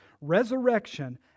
Resurrection